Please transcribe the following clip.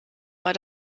war